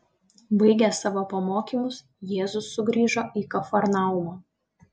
baigęs savo pamokymus jėzus sugrįžo į kafarnaumą